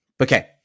Okay